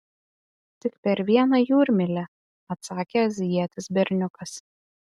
tik per vieną jūrmylę atsakė azijietis berniukas